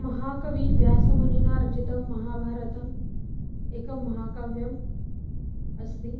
महाकविव्यासमुनिना रचितं महाभारतम् एकं महाकाव्यम् अस्ति